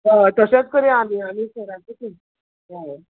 हय तशेंच करया आमी आमी सराकूच हय